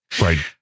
right